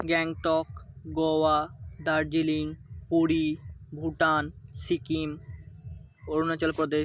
Gangtok Goa Darjeeling Puri Bhutan Sikkim Arunachal Pradesh